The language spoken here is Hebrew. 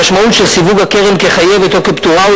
המשמעות של סיווג הקרן כחייבת או כפטורה היא